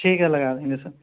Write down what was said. ٹھیک ہے لگا دیں گے سر